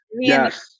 Yes